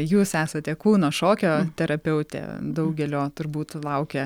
jūs esate kūno šokio terapeutė daugelio turbūt laukia